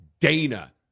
Dana